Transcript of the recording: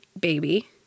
baby